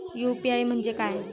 UPI म्हणजे काय?